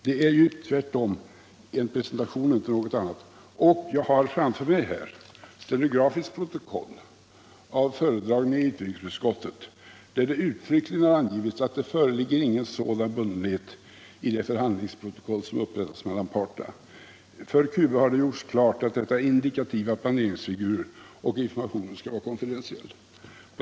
Det är en presentation och inte något annat. Jag har framför mig ett stenografiskt protokoll av en föredragning i utrikesutskottet, där det uttryckligen har angivits att det föreligger ingen sådan bundenhet i det förhandlingsprotokoll som upprättats mellan parterna. För Cuba har det gjorts klart att detta är indikativa planeringsfigurer och informationen skall vara konfidentiell.